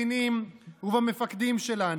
בקצינים ובמפקדים שלנו.